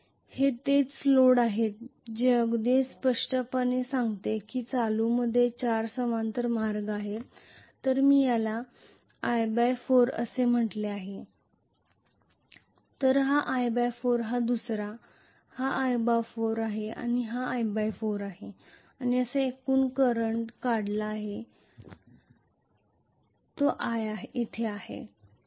हे हेच लोड आहे हे मला अगदी स्पष्टपणे सांगते की चालूमध्ये 4 समांतर मार्ग आहेत जर मी याला I 4 असे म्हटले तर हा I 4 हा दुसरा I 4 आहे आणि हा I 4 आहे आणि एकूण करंट काढलेला आहे मी येथे आहे